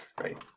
right